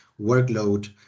workload